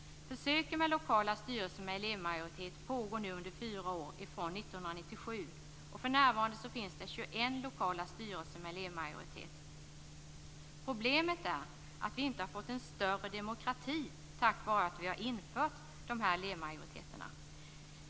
Försök med lokala styrelser med elevmajoritet pågår nu under fyra år från 1997, och för närvarande finns det 21 lokala styrelser med elevmajoritet. Problemet är att vi inte har fått en större demokrati genom att införa dessa elevmajoriteter.